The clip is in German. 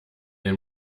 den